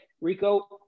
Rico